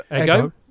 Ego